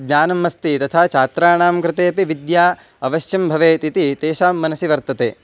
ज्ञानम् अस्ति तथा छात्राणां कृते अपि विद्या अवश्यं भवेत् इति तेषां मनसि वर्तते